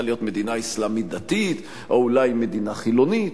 להיות מדינה אסלאמית דתית או אולי מדינה חילונית.